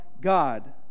God